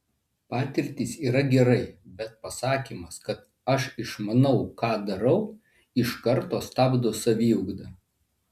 patirtys yra gerai bet pasakymas kad aš išmanau ką darau iš karto stabdo saviugdą